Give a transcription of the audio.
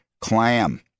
clam